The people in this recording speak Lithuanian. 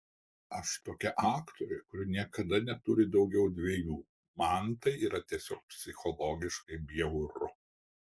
aš tokia aktorė kuri niekada neturi daugiau dviejų man tai yra tiesiog psichologiškai bjauru